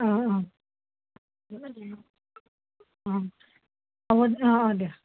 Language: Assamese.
অঁ অঁ অঁ হ'ব অঁ অঁ দিয়া